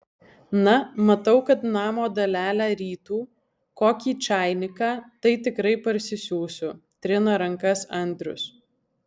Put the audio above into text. na matau kad namo dalelę rytų kokį čainiką tai tikrai parsisiųsiu trina rankas andrius